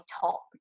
top